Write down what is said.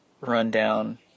rundown